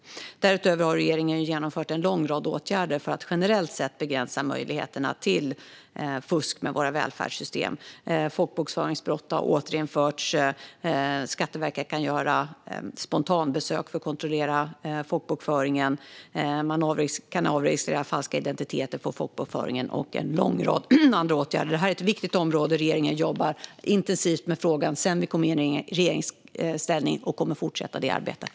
Därutöver har regeringen vidtagit en lång rad åtgärder för att generellt sett begränsa möjligheterna till fusk med våra välfärdssystem. Folkbokföringsbrott har återinförts. Skatteverket kan göra spontanbesök för att kontrollera folkbokföringen. Man kan avregistrera falska identiteter i folkbokföringen. En lång rad andra åtgärder har vidtagits. Det här är ett viktigt område. Regeringen har jobbat intensivt med frågan sedan vi kom i regeringsställning och kommer att fortsätta det arbetet.